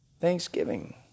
Thanksgiving